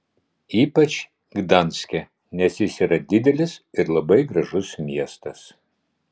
ypač gdanske nes jis yra didelis ir labai gražus miestas